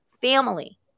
family